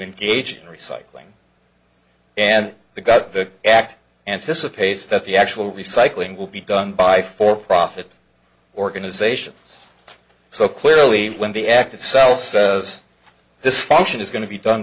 engage in recycling and the got the act anticipates that the actual recycling will be done by for profit organizations so clearly when the act itself says this function is going to be done